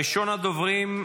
ראשונת הדוברים,